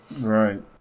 Right